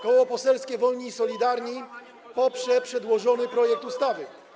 Koło Poselskie Wolni i Solidarni poprze przedłożony projekt ustawy.